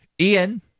Ian